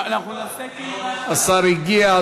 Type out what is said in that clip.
השר הגיע,